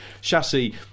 Chassis